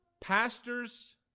pastors